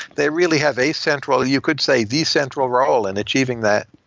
they really have a central you could say the central role in achieving that.